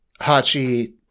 hachi